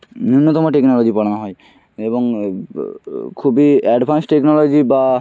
ন্যূনতম টেকনোলজি পড়ানো হয় এবং খুবই অ্যাডভান্স টেকনোলজি বা